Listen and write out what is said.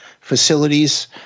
facilities